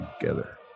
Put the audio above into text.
together